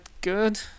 good